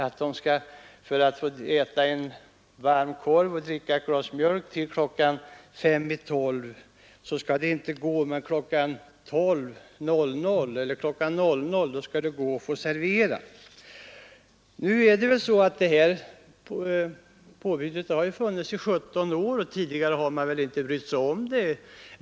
Att servera en varm korv jämte ett glas mjölk är inte tillåtet mellan kl. 22 och kl. 24, men efter kl. 24 får det åter ske. Påbudet har funnits i 17 år. Tidigare har man väl inte brytt sig om det.